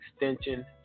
extension